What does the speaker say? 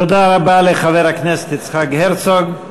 תודה רבה לחבר הכנסת יצחק הרצוג.